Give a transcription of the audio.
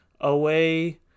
away